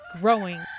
growing